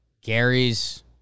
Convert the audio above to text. Gary's